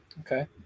Okay